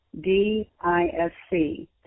D-I-S-C